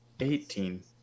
Eighteen